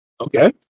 Okay